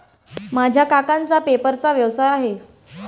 माझ्या काकांचा पेपरचा व्यवसाय आहे